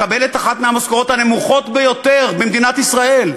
מקבל את אחת המשכורות הנמוכות ביותר במדינת ישראל,